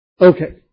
Okay